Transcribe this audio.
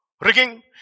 rigging